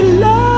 love